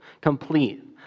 complete